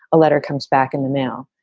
a letter comes back in the mail.